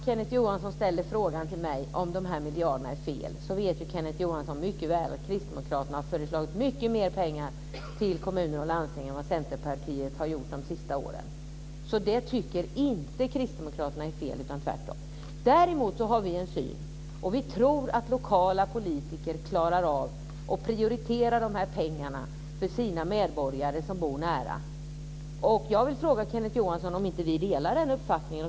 Kenneth Johansson ställde frågan till mig om ifall de här miljardsatsningarna är fel. Kenneth Johansson vet ju mycket väl att Kristdemokraterna har föreslagit mycket mer pengar till kommuner och landsting än vad Centerpartiet har gjort de senaste åren, så det tycker inte Kristdemokraterna är fel, tvärtom. Däremot tror vi att lokala politiker klarar av att prioritera de här pengarna för sina medborgare som bor nära. Jag vill fråga Kenneth Johansson om vi inte delar den uppfattningen.